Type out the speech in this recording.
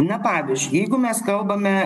na pavyzdžiu jeigu mes kalbame